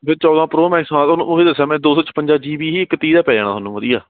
ਫਿਰ ਚੌਦਾਂ pro max ਨਾ ਲਓ ਉਹੀ ਦੱਸਿਆ ਮੈਂ ਦੋ ਸੌ ਛਪੰਜਾ ਜੀ ਬੀ ਇੱਕ ਤੀਹ ਦਾ ਪੈ ਜਾਣਾ ਤੁਹਾਨੂੰ ਵਧੀਆ